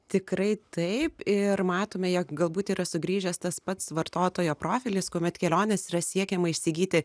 tikrai taip ir matome jog galbūt yra sugrįžęs tas pats vartotojo profilis kuomet kelionės yra siekiama įsigyti